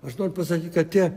aš noriu pasakyt kad tie